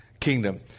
Kingdom